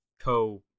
co-